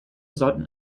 sollten